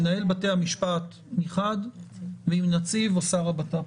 מנהל בתי המשפט מחד ועם נציב או שר הבט"פ.